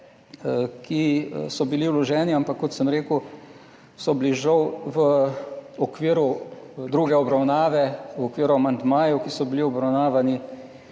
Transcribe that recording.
ki so bili vloženi, ampak kot sem rekel, so bili žal v okviru druge obravnave, v okviru amandmajev, ki so bili obravnavani,